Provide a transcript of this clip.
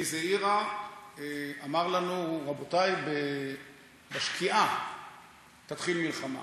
אלי זעירא אמר לנו: רבותי, בשקיעה תתחיל מלחמה.